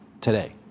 today